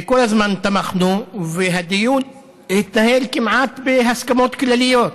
כל הזמן תמכנו, והדיון התנהל כמעט בהסכמות כלליות.